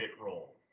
role